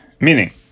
Meaning